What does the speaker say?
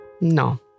no